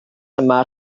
yma